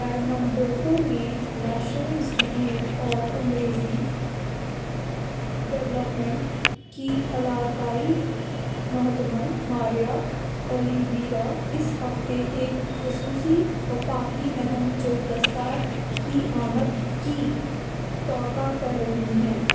پینمبکو میں National Institute of انگریزی development کی علاقائی مہتمم ماریا اولیویرا اس ہفتے ایک خصوصی وفاقی مہم جو دستہ کی آمد کی توقا کر رہی ہیں